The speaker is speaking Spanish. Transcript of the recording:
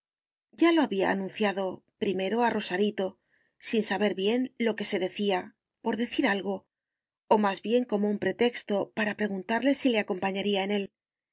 ya lo había anunciado primero a rosarito sin saber bien lo que se decía por decir algo o más bien como un pretexto para preguntarle si le acompañaría en él